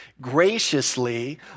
graciously